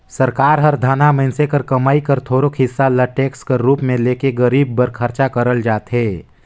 सरकार हर धनहा मइनसे कर कमई कर थोरोक हिसा ल टेक्स कर रूप में ले के गरीब बर खरचा करल जाथे